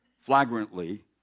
flagrantly